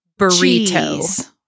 Burrito